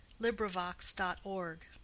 LibriVox.org